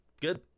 good